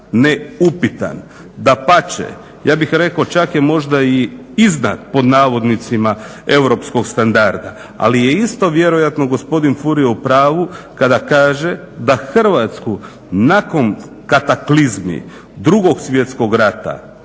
neupitan. Dapače, ja bih rekao čak je možda i iznad pod navodnicima "europskog standarda". Ali je isto vjerojatno gospodin Furio u pravu kada kaže da Hrvatsku nakon kataklizmi drugog svjetskog rata